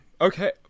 Okay